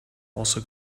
also